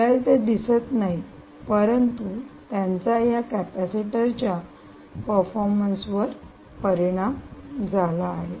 आपल्याला ते दिसत नाही परंतु त्यांचा या कॅपेसिटरच्या परफॉर्मन्स वर परिणाम झाला आहे